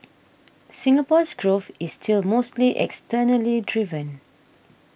Singapore's growth is still mostly externally driven